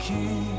King